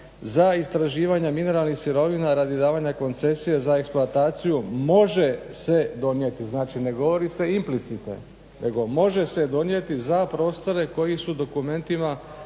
za istraživanja mineralnih sirovina radi davanja koncesije za eksploataciju može se donijeti. Znači ne govori se implicite nego može se donijeti za prostore koji su dokumentima